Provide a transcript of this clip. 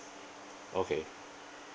okay